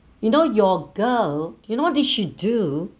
you know your girl you know what did she do